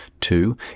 two